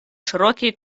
широкий